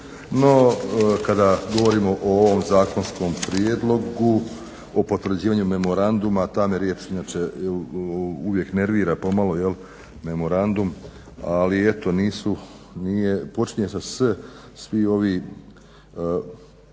No kada govorimo o ovom zakonskom prijedlogu o potvrđivanju memoranduma, ta me riječ inače uvijek nervira pomalo memorandum ali eto nije, počinje sa s, svi